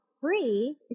free